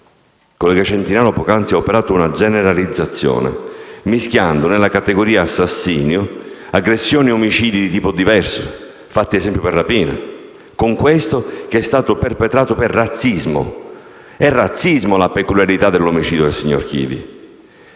Il collega Centinaio poc'anzi ho operato una generalizzazione, mischiando nella categoria "assassinio" aggressioni e omicidi di tipo diverso e facendo esempi per la pena, con questo omicidio che è stato perpetrato per razzismo. È razzismo la peculiarità dell'omicidio del signor Chidi.